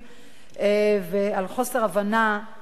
חוסר הבנה היסטורית,